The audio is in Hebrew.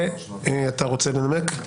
אתה רוצה לנמק?